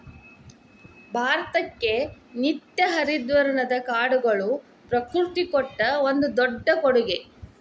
ಭಾರತಕ್ಕೆ ನಿತ್ಯ ಹರಿದ್ವರ್ಣದ ಕಾಡುಗಳು ಪ್ರಕೃತಿ ಕೊಟ್ಟ ಒಂದು ದೊಡ್ಡ ಕೊಡುಗೆ